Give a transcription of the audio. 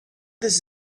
this